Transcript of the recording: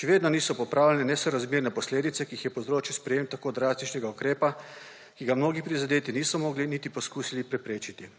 Še vedno niso popravljene nesorazmerne posledice, ki jih je povzročilo sprejetje tako drastičnega ukrepa, ki ga mnogi prizadeti niso mogli niti poskusiti preprečiti.